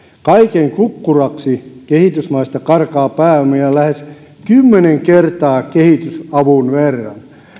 kaiken kukkuraksi kehitysmaista karkaa pääomia lähes kymmenen kertaa kehitysavun verran